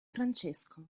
francesco